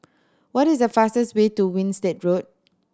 what is the fastest way to Winstedt Road